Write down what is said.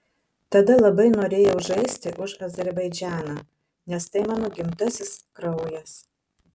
tada labai norėjau žaisti už azerbaidžaną nes tai mano gimtasis kraujas